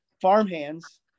farmhands